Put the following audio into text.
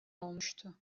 olmuştu